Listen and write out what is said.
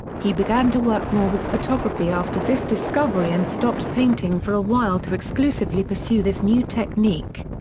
he began to work more with photography after this discovery and stopped painting for a while to exclusively pursue this new technique.